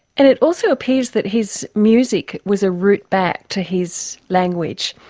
and it also appears that his music was a route back to his language,